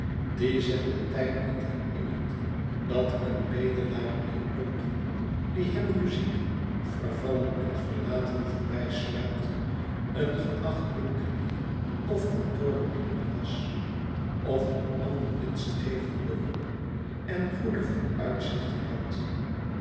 die zich den tyd niet herinnert dat een bedelaar in lompen die hem nu ziek vervallen en verlaten voorbij sluipt een geacht winkelier of kantoorbediende was of een ander winstgevend beroep en goede vooruitzichten had